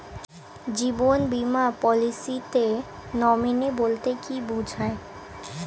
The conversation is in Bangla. জীবন বীমা পলিসিতে নমিনি বলতে কি বুঝায়?